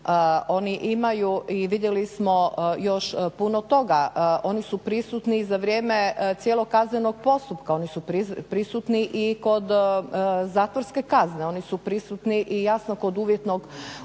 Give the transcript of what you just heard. Oni imaju i vidjeli smo još puno toga. Oni su prisutni za vrijeme kaznenog postupka. Oni su prisutni i kod zatvorske kazne, oni su prisutni i jasno kod uvjetnog otpusta.